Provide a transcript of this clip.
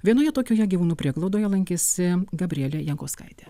vienoje tokioje gyvūnų prieglaudoje lankėsi gabrielė jankauskaitė